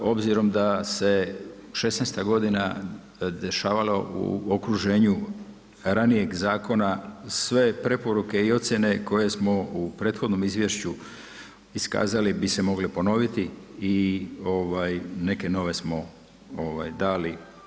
Obzirom da se '16. godina dešavala u okruženju radnijih zakona, sve preporuke i ocijene koje smo u prethodnom izvješću iskazali bi se mogli ponoviti i neke nove smo dali.